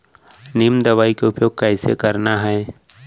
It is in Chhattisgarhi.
नीम दवई के उपयोग कइसे करना है?